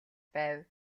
байв